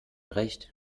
recht